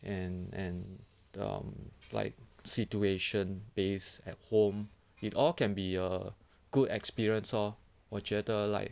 and and um like situation base at home it all can be a good experience lor 我觉得 like